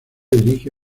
dirige